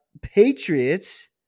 Patriots